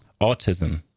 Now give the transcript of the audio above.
autism